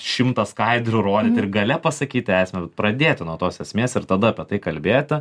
šimtą skaidrių rodyt ir gale pasakyti esmę pradėti nuo tos esmės ir tada apie tai kalbėti